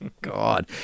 god